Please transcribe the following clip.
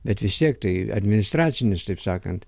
bet vis tiek tai administracinis taip sakant